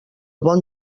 bon